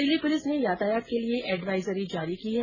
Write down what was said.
Delhi police ने यातायात के लिए एडवाइजरी जारी की है